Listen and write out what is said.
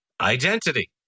identity